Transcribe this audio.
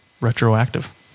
retroactive